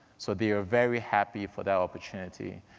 so they are very happy for that opportunity.